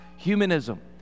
humanism